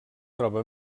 troba